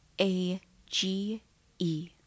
A-G-E